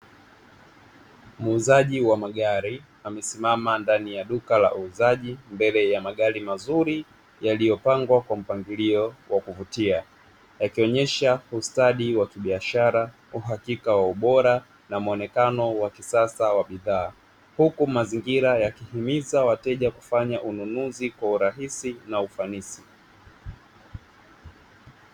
Muuzaji wa magari amesimama ndani ya duka la uuzaji, mbele ya magari mazuri yaliyopangwa kwa mpangilio wa kuvutia, yakionyesha ustadi wa kibiashara uhakika wa ubora na muonekano wakisasa wa bidhaa, huku mazingira yakihimiza wateja kufanya ununuzi kwa urahisi na ufanisi.